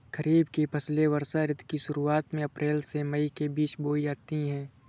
खरीफ की फसलें वर्षा ऋतु की शुरुआत में अप्रैल से मई के बीच बोई जाती हैं